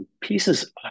Pieces